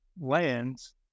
lands